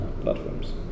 platforms